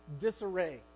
disarray